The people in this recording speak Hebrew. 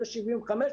זה 75,